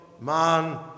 man